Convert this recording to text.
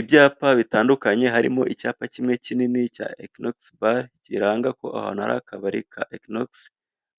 Ibyapa bitandukanye harimo icyapa kimwe kinini cya ekinogisi bare, kiranga ko akabari ka ekinogisi